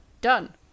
done